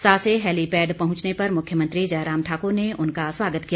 सासे helipad पहुंचने पर मुख्यमंत्री जयराम ठाकुर ने उनका स्वागत किया